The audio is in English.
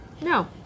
No